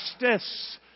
Justice